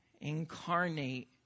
Incarnate